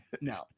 No